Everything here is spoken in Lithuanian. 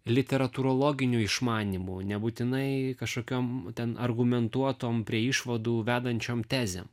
literatūrologiniu išmanymu nebūtinai kažkokiom ten argumentuotom prie išvadų vedančiom tezėm